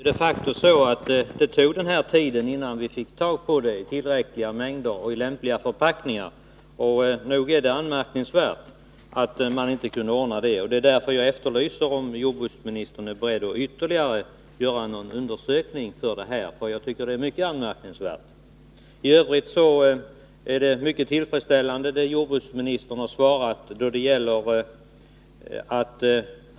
Herr talman! Det är de facto så att det tog tid innan vi fick tag i desinfektionsmedel i tillräckliga mängder och i lämpliga förpackningar, och nog är det anmärkningsvärt. Det var därför jag efterlyste om jordbruksministern var beredd att göra en ytterligare undersökning. Samordningen mellan länsstyrelserna och de företag som har hand om mjölkbehandlingen har tydligen inte fungerat.